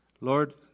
Lord